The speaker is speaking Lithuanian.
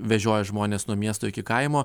vežioja žmones nuo miesto iki kaimo